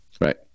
right